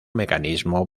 mecanismo